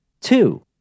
Two